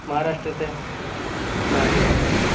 মহারাষ্ট্রতে মারাঠি ভাষা